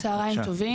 צוהריים טובים.